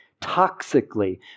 toxically